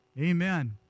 Amen